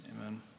amen